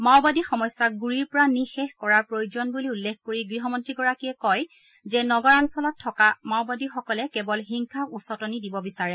মাওবাদী সমস্যাক গুৰিৰপৰা নিঃশেষ কৰাৰ প্ৰয়োজন বুলি উল্লেখ কৰি গৃহমন্ত্ৰীগৰাকীয়ে কয় যে নগৰাঞ্চলত থকা মাওবাদীসকলে কেৱল হিংসাক উচতনি দিব বিচাৰে